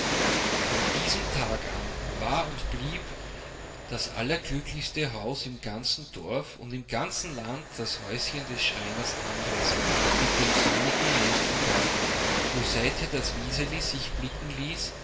von diesem tage an war und blieb das allerglücklichste haus im ganzen dorf und im ganzen land das häuschen des schreiners andres mit dem sonnigen nelkengarten wo seither das wiseli sich blicken ließ